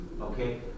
Okay